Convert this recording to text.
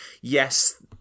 yes